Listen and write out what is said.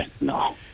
No